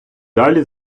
далі